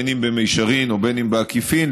בין אם במישרין ובין אם בעקיפין,